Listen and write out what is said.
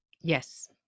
Yes